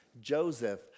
Joseph